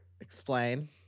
Explain